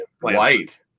White